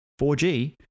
4G